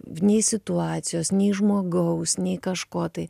nei situacijos nei žmogaus nei kažko tai